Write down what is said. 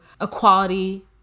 equality